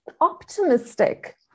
optimistic